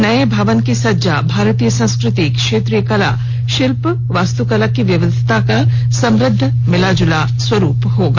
नए भवन की सज्जा भारतीय संस्कृति क्षेत्रीय कला शिल्प वास्तुकला की विविधता का समृद्ध मिलाजुला स्वरूप होगा